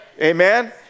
Amen